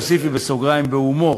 תוסיפי בסוגריים: בהומור.